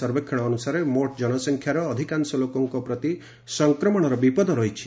ସର୍ବେକ୍ଷଣ ଅନୁସାରେ ମୋଟ ଜନସଂଖ୍ୟାର ଅଧିକାଂଶ ଲୋକଙ୍କ ପ୍ରତି ସଂକ୍ରମଣର ବିପଦ ରହିଛି